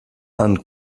and